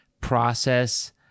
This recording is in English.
process